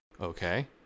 Okay